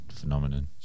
Phenomenon